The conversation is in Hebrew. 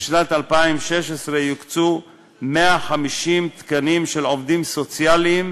בשנת 2016 יוקצו 150 תקנים של עובדים סוציאליים